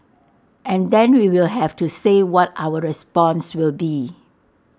and then we'll have to say what our response will be